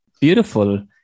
Beautiful